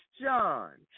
John